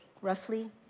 roughly